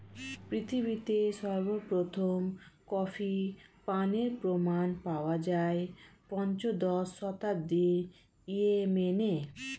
পৃথিবীতে সর্বপ্রথম কফি পানের প্রমাণ পাওয়া যায় পঞ্চদশ শতাব্দীর ইয়েমেনে